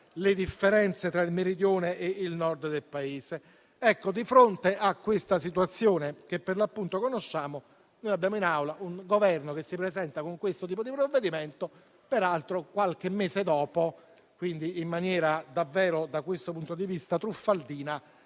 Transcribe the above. le differenze tra il Meridione e il Nord del Paese. Di fronte a questa situazione che conosciamo, abbiamo in Aula un Governo che si presenta con questo tipo di provvedimento, peraltro qualche mese dopo - quindi in maniera da questo punto di vista davvero truffaldina